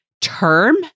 term